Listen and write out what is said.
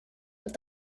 with